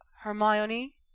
Hermione